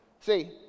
See